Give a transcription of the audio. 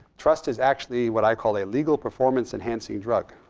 trust is actually what i call a legal performance enhancing drug.